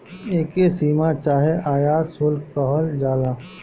एके सीमा चाहे आयात शुल्क कहल जाला